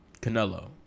Canelo